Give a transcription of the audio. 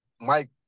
Mike